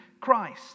Christ